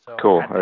Cool